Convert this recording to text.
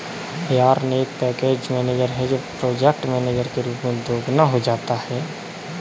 yarn एक package manager है जो प्रोजेक्ट मैनेजर के रूप में दोगुना हो जाता है